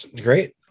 great